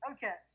Okay